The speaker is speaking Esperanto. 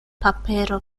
papero